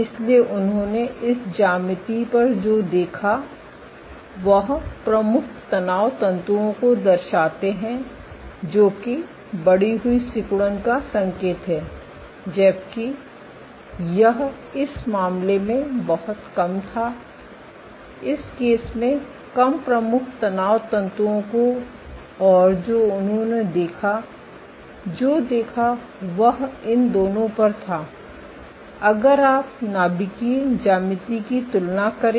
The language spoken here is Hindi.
इसलिए उन्होंने इस ज्यामिति पर जो देखा वह प्रमुख तनाव तंतुओं को दर्शाते हैं जो कि बढ़ी हुई सिकुड़न का संकेत हैं जबकि यह इस मामले में बहुत कम था इस केस में कम प्रमुख तनाव तंतुओं को और जो उन्होंने जो देखा वह इन दोनों पर था अगर आप नाभिकीय ज्यामिति की तुलना करें